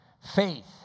faith